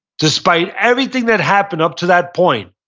despite everything that happened up to that point,